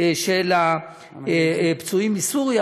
לפצועים מסוריה,